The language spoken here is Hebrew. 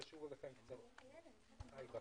הישיבה